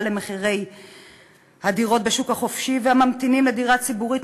למחירי הדירות בשוק החופשי והממתינים לדירה ציבורית,